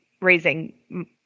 raising